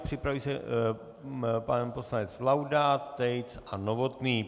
Připraví se pan poslanec Laudát, Tejc a Novotný.